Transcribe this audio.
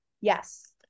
yes